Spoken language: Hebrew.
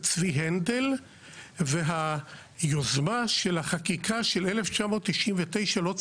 צבי הנדל והיוזמה של החקיקה של 1999 לא צלחה.